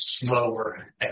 slower